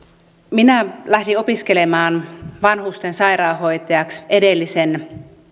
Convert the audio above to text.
minä lähdin opiskelemaan vanhusten sairaanhoitajaksi edellisen